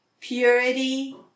Purity